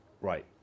right